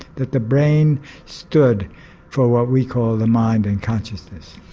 that the brain stood for what we call the mind and consciousness.